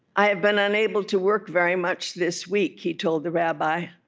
i have been unable to work very much this week he told the rabbi.